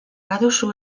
baduzu